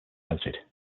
noted